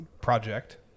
project